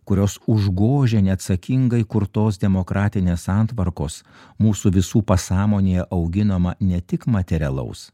kurios užgožia neatsakingai kurtos demokratinės santvarkos mūsų visų pasąmonėje auginamą ne tik materialaus